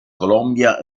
colombia